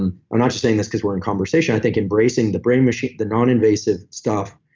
i'm ah not just saying this because we're in conversation, i think embracing the brain machine, the non-invasive stuff,